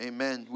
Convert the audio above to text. Amen